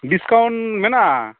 discount ᱢᱮᱱᱟᱜᱼᱟ